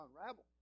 unravel